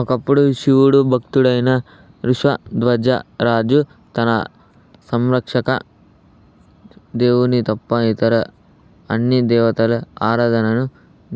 ఒకప్పుడు శివుడు భక్తుడైన వృష ధ్వజ రాజు తన సంరక్షక దేవుని తప్ప ఇతర అన్నీ దేవతల ఆరాధనను